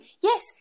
yes